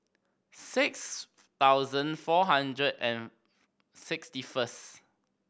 six thousand four hundred and sixty first